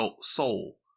soul